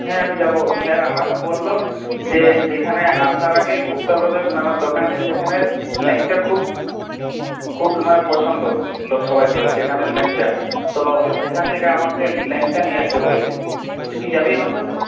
হ্যাঁ আমি যাব স্যার আমাকে বলল যে সেইখানে আসার আগে গুপ্তা ব্রাদার্স নামের দোকানে সেখানের ল্যাংচা খুব খুব পছন্দ লোক সবাই করে সেখানের ল্যাংচা তো সেখান থেকে আমাকে ল্যাংচা নিয়ে আসতে বলেছে তো তুই কি যাবি আমার সাথে